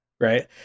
Right